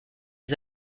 des